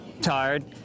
tired